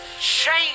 Change